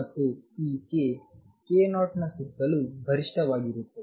ಮತ್ತು ಈ k k0 ಸುತ್ತಲೂ ಗರಿಷ್ಠವಾಗಿರುತ್ತದೆ